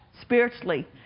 spiritually